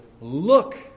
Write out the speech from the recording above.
look